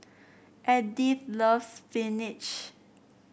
Edythe loves spinach